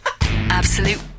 Absolute